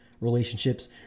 relationships